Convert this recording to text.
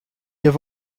have